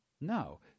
no